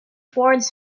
towards